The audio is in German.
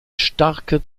starke